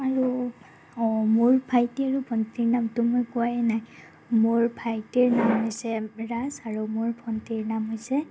আৰু অঁ মোৰ ভাইটিৰ আৰু ভণ্টিৰ নামটো মই কোৱাই নাই মোৰ ভাইটিৰ নাম হৈছে ৰাজ আৰু মোৰ ভণ্টিৰ নাম হৈছে